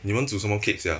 你们煮什么 cake sia